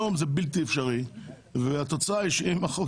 היום זה בלתי אפשרי והתוצאה היא שאם החוב